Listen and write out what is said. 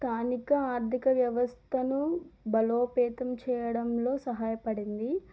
స్థానిక ఆర్దిక వ్యవస్థను బలోపేతం చేయడంలో సహాయపడింది